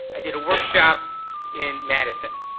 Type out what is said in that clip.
i did a workshop in madison.